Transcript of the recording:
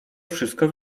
wszystko